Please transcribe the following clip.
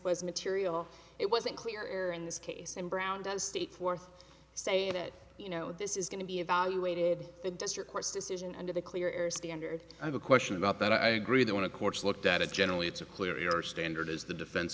was material it wasn't clear in this case and brown does state fourth say that you know this is going to be evaluated the district court's decision under the clear air standard i have a question about that i agree they want to courts looked at it generally it's a clear standard as the defense